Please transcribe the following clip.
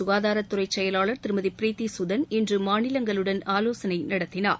சுகாதாரத்துறை செயலாளர் திருமதி ப்ரீத்தி சுதள் இன்று மாநிலங்களுடன் ஆலோசனை நடத்தினார்